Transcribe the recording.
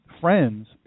Friends